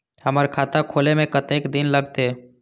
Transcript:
हमर खाता खोले में कतेक दिन लगते?